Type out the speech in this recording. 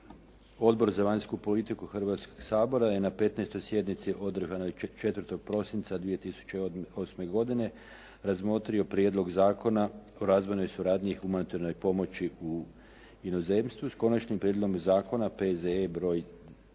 Odbor za vanjsku politiku Hrvatskoga sabora je na 15. sjednici održanoj 4. prosinca 2008. godine razmotrio Prijedlog zakona o razvojnoj suradnji i humanitarnoj pomoći u inozemstvu, s konačnim prijedlogom zakona, P.Z.E. br.